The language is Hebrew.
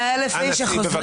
אנא צאי בבקשה.